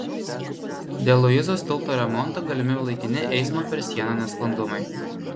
dėl luizos tilto remonto galimi laikini eismo per sieną nesklandumai